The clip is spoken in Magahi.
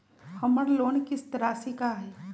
हमर लोन किस्त राशि का हई?